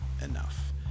enough